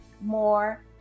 more